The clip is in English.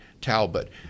Talbot